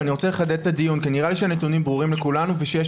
אני חושב שהנתונים ברורים לכולנו ואני רוצה לחדד כמה נקודות.